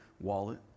wallet